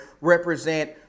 represent